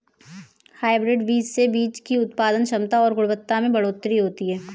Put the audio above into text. hybrid बीज से बीज की उत्पादन क्षमता और गुणवत्ता में बढ़ोतरी होती है